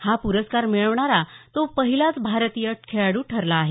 हा पुरस्कार मिळवणारा तो पहिलाच भारतीय खेळाडू ठरला आहे